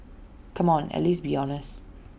come on at least be honest